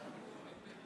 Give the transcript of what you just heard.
חבריי חברי הכנסת,